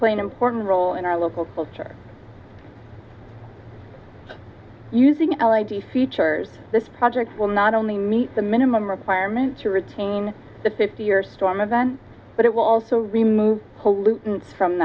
play an important role in our local culture using l i d features this project will not only meet the minimum requirements to retain the fifty year storm of ban but it will also remove pollutants from